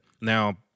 now